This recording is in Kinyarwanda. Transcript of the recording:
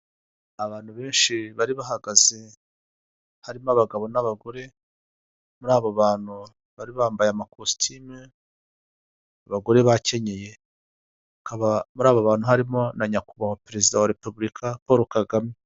Abantu benshi bari bahagaze harimo abagabo n'abagore, muri abo bantu bari bambaye amakositimu, abagore bakenyeye, muri aba bantu harimo na nyakubahwa perezida wa repubulika Paul Kagame.